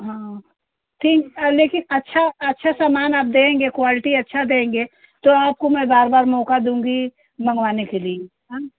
हाँ ठीक लेकिन अच्छा अच्छा समान आप देंगे क्वालिटी अच्छा देंगे तो आपको मैं बार बार मौका दूँगी मंगवाने के लिए हाँ